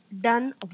done